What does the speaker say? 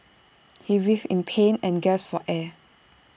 he writhed in pain and gasped for air